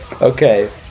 Okay